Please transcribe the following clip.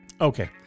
Okay